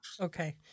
okay